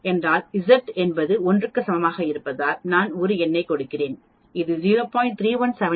என்றால்Z என்பது 1 க்கு சமமாக இருப்பதால் நான் ஒரு எண்ணைக் கொடுக்கிறேன் இது 0